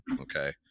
Okay